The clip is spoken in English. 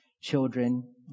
children